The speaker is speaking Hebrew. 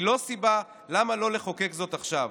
היא לא סיבה לא לחוקק זאת עכשיו.